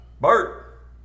Bert